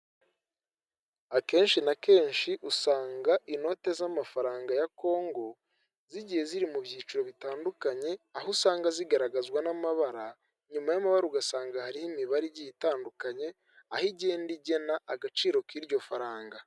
Akenshi na kenshi usanga inote z'amafaranga ya congo zigiye ziri mu byiciro bitandukanye aho usanga zigaragazwa n'amabara nyuma y'amahoro ugasanga hari imibare igi itandukanye aho igenda igena agaciro k'iryo faranga.